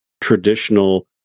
traditional